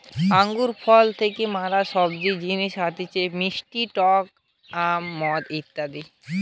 আঙ্গুর ফল থেকে ম্যালা সব জিনিস হতিছে মিষ্টি টক জ্যাম, মদ ইত্যাদি